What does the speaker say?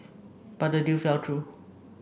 but the deal fell through